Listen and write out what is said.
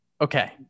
Okay